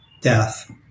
death